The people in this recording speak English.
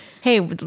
Hey